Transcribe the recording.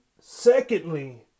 secondly